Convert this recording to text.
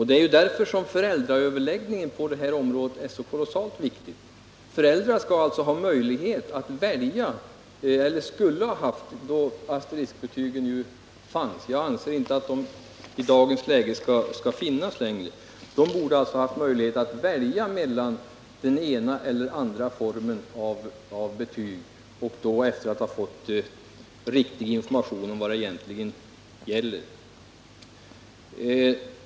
Det är därför som föräldraöverläggning är så kolossalt viktig. Föräldrar skall alltså ha möjlighet att välja — eller de skulle ha haft det då asteriskbetygen infördes, men jag anser inte att de bör finnas kvar längre i dagens läge — mellan den ena eller den andra formen av betyg efter att ha fått riktig information vad detta betyg egentligen innebär.